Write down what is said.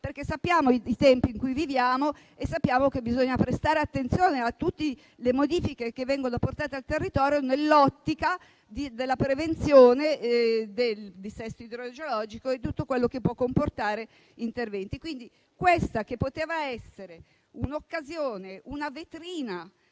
Conosciamo i tempi in cui viviamo e sappiamo che bisogna prestare attenzione a tutte le modifiche che vengono apportate al territorio nell'ottica della prevenzione del dissesto idrogeologico e di tutto quello che tali interventi possono comportare. Poteva essere questa un'occasione, una vetrina